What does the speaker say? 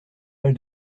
mal